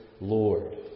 Lord